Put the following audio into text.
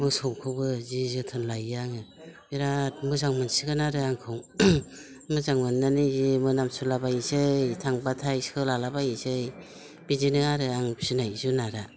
मोसौखौबो जि जोथोन लायो आङो बिराद मोजां मोनसिगोन आरो आंखौ मोजां मोननानै जि मोनामसुलाबायनोसै थांब्लाथाय सोलालाबायनोसै बिदिनो आरो आं फिसिनाय जुनारा